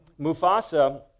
Mufasa